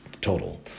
total